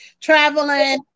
traveling